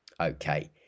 Okay